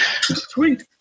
Sweet